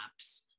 apps